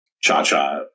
Cha-Cha